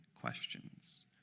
questions